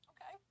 Okay